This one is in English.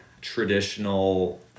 traditional